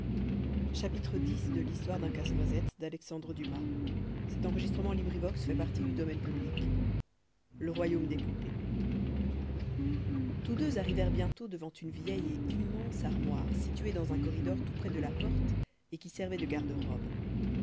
le suivit tous deux arrivèrent bientôt devant une vieille et immense armoire située dans un corridor tout près de la porte et qui servait de garde-robe